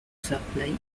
supply